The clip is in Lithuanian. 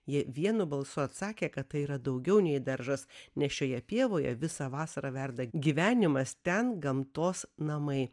ji vienu balsu atsakė kad tai yra daugiau nei daržas nes šioje pievoje visą vasarą verda gyvenimas ten gamtos namai